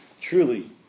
Truly